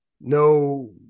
no